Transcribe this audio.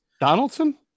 Donaldson